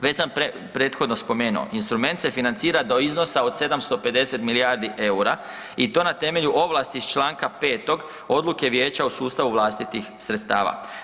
Već sam prethodno spomenuo, instrument se financira do iznosa od 750 milijardi EUR-a i to na temelju ovlasti iz čl. 5. odluke Vijeća o sustavu vlastitih sredstava.